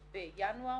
התופעה.